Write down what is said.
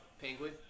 Penguin